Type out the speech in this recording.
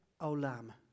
Olam